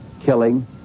killing